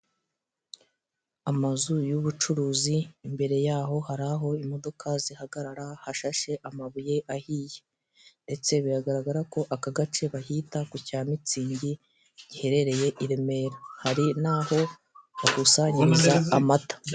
Amazu y'ubucuruzi, imbere y'aho hari aho imodoka zihagarara hashashe amabuye ahiye, ndetse biragaragara ko aka gace bahita ku cyamitsingi giherereye i Remera, hari n'aho bakusanyiriza amata.